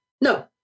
No